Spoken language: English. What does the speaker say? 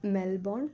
Melbourne